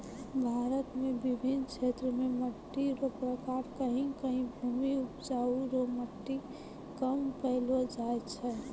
भारत मे बिभिन्न क्षेत्र मे मट्टी रो प्रकार कहीं कहीं भूमि उपजाउ रो मट्टी कम पैलो जाय छै